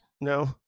No